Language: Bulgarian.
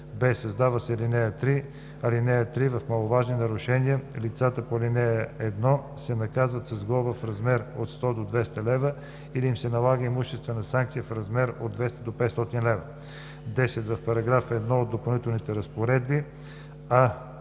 б) създава се ал. 3: „(3) За маловажни нарушения лицата по ал. 1 се наказват с глоба в размер от 100 до 200 лв. или им се налага имуществена санкция в размер от 200 до 500 лв.“ 10. В § 1 от Допълнителните разпоредби: